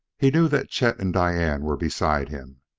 he knew that chet and diane were beside him.